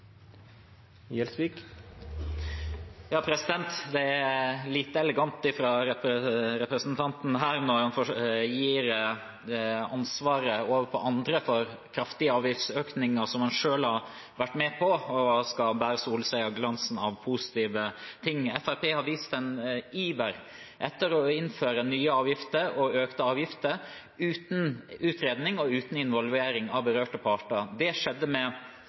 lite elegant av representanten her når han gir andre ansvaret for kraftige avgiftsøkninger som han selv har vært med på, og bare skal sole seg i glansen av positive ting. Fremskrittspartiet har vist en iver etter å innføre nye avgifter og økte avgifter uten utredning og uten involvering av berørte parter. Det skjedde med